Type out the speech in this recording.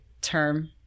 term